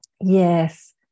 Yes